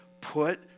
put